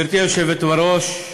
גברתי היושבת בראש,